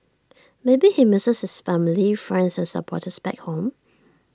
maybe he misses his family friends and supporters back home